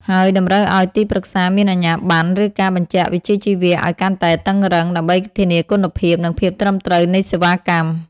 ហើយតម្រូវឱ្យទីប្រឹក្សាមានអាជ្ញាប័ណ្ណ ឬការបញ្ជាក់វិជ្ជាជីវៈអោយកាន់តែតឹងរ៉ឹង ដើម្បីធានាគុណភាព និងភាពត្រឹមត្រូវនៃសេវាកម្ម។